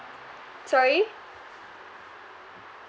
sorry